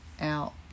out